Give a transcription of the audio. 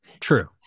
true